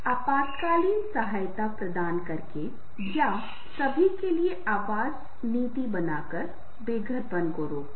आपातकालीन सहायता प्रदान करके या सभी के लिए आवास नीति बनाकर बेघरपन को रोकें